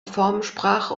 formensprache